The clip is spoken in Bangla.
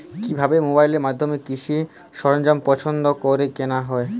কিভাবে মোবাইলের মাধ্যমে কৃষি সরঞ্জাম পছন্দ করে কেনা হয়?